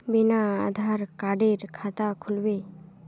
बिना आधार कार्डेर खाता खुल बे?